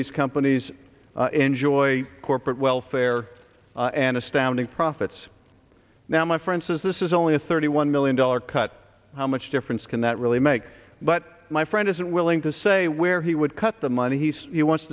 these companies enjoy corporate welfare and astounding profits now my friend says this is only a thirty one million dollar cut how much difference can that really make but my friend isn't willing to say where he would cut the money he says he wants